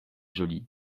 jolie